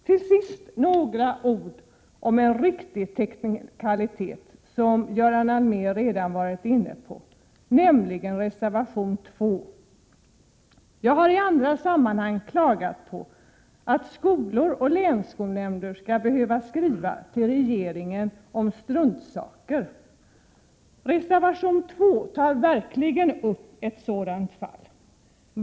Till sist vill jag säga något om en riktig teknikalitet som Göran Allmér redan varit inne på, nämligen reservation 2. Jag har i andra sammanhang klagat på att skolor och länsskolnämnder skall behöva skriva till regeringen om struntsaker. I reservationen tas ett sådant fall upp.